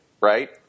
Right